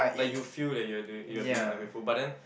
like you feel that you are doing you are being ungrateful but then